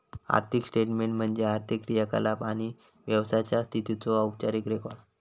आर्थिक स्टेटमेन्ट म्हणजे आर्थिक क्रियाकलाप आणि व्यवसायाचा स्थितीचो औपचारिक रेकॉर्ड